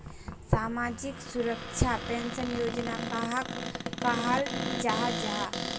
सामाजिक सुरक्षा पेंशन योजना कहाक कहाल जाहा जाहा?